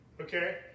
okay